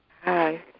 Hi